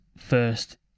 first